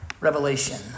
revelation